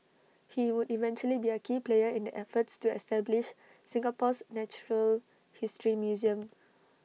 he would eventually be A key player in the efforts to establish Singapore's natural history museum